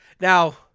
Now